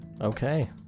okay